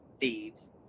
thieves